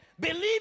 Believe